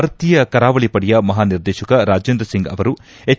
ಭಾರತೀಯ ಕರಾವಳಿ ಪಡೆಯ ಮಹಾ ನಿರ್ದೇಶಕ ರಾಜೇಂದ್ರ ಸಿಂಗ್ ಅವರು ಎಚ್